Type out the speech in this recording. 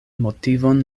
motivon